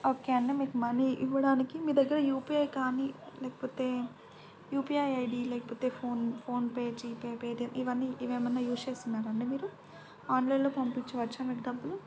okay అండి మీకు money ఇవ్వడానికి మీ దగ్గర యూ పీ ఐ కానీ లేకపోతే U P I I D లేకపోతే phone PhonePe G Pay Paytm ఇవన్నీ ఇవేమైనా యూజ్ చేస్తున్నారండి మీరు ఆన్లైన్లో పంపించవచ్చా మీకు డబ్బులు